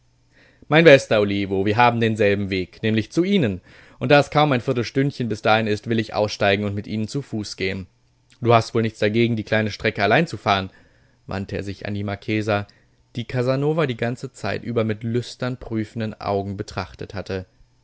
mein bester olivo wir haben denselben weg nämlich zu ihnen und da es kaum ein viertelstündchen bis dahin ist will ich aussteigen und mit ihnen zu fuß gehen du hast wohl nichts dagegen die kleine strecke allein zu fahren wandte er sich an die marchesa die casanova die ganze zeit über mit lüstern prüfenden augen betrachtet hatte